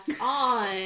on